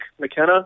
McKenna